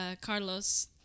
Carlos